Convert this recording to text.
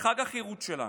חג החירות שלנו,